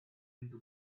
into